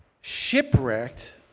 shipwrecked